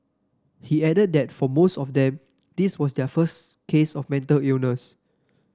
he added that for most of them this was their first case of mental illness